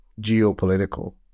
geopolitical